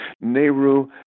Nehru